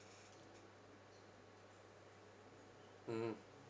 mmhmm